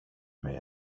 mig